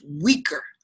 weaker